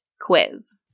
quiz